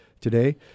today